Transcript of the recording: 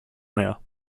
mehr